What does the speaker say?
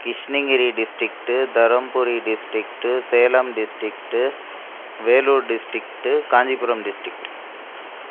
Krishnagiri district Dharmapuri district Salem district Vellore district Kanchipuram district